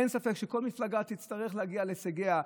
אין ספק שכל מפלגה תצטרך להגיע להישגיה,